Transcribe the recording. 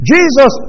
Jesus